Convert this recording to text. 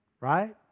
Right